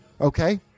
Okay